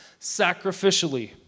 sacrificially